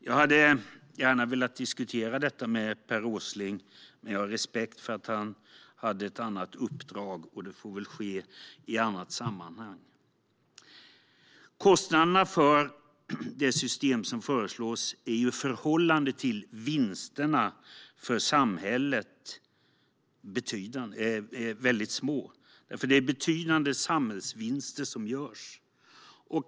Jag hade gärna velat diskutera detta med Per Åsling, men jag har respekt för att han hade ett annat uppdrag. Men vi får diskutera detta i ett annat sammanhang. Kostnaderna för det system som föreslås är i förhållande till vinsterna för samhället mycket små. Det är nämligen betydande samhällsvinster som görs.